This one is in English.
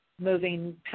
moving